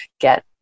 get